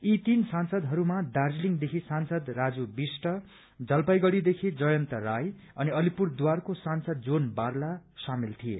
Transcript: यी तीन सांसदहरूमा दार्जीलिङदेखि सांसद राजु विष्ट जलपाईगढीदेखि जयन्त राय अनि अलिपुरद्वाको सांसद जोन बारला सामेल थिए